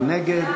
מי נגד?